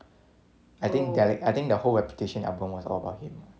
I think I think the whole reputation album was all about him